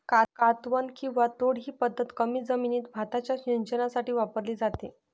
कातवन किंवा तोड ही पद्धत कमी जमिनीत भाताच्या सिंचनासाठी वापरली जाते